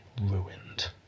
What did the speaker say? ruined